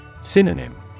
Synonym